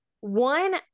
one